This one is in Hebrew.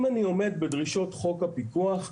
אם אני עומד בדרישות חוק הפיקוח,